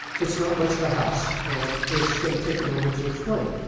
it's not much of a house and it's going to take a moment to explain.